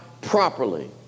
properly